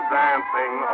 dancing